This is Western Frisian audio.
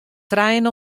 trijen